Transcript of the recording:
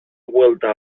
vuelta